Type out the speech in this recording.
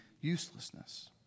uselessness